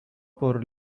por